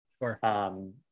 Sure